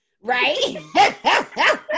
Right